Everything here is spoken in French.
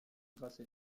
grasset